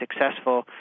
successful